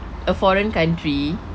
a foreign country